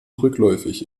rückläufig